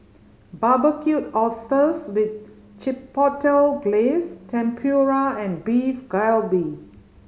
Barbecued Oysters with Chipotle Glaze Tempura and Beef Galbi